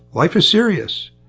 life is serious!